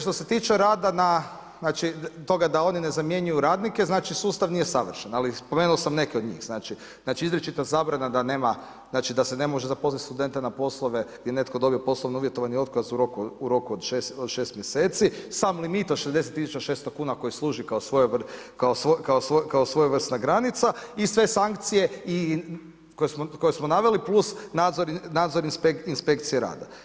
Što se tiče rada na, toga da oni ne zamjenjuju radnike, znači sustav nije savršen, ali spomenuo sam neke od njih, znači izričita zabrana da se ne može zaposlit studente na poslove gdje je netko dobio poslovno uvjetovani otkaz u roku od 6 mjeseci, sam limit od 60 600 kuna koji služi kao svojevrsna granica i sve sankcije koje smo naveli plus nadzor inspekcije rada.